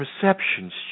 perceptions